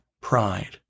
pride